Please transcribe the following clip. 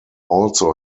also